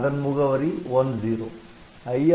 அதன் முகவரி '10'